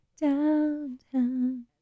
Downtown